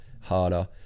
harder